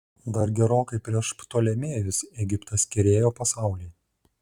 dar gerokai prieš ptolemėjus egiptas kerėjo pasaulį